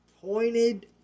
Pointed